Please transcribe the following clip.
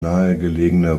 nahegelegene